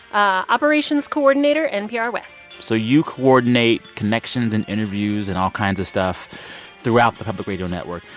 ah operations coordinator, npr west so you coordinate connections and interviews and all kinds of stuff throughout the public radio network,